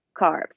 carbs